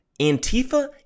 Antifa